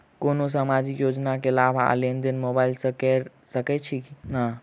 कोनो सामाजिक योजना केँ लाभ आ लेनदेन मोबाइल सँ कैर सकै छिःना?